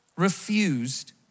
refused